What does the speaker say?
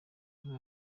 kuri